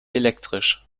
elektrisch